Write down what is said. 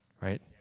right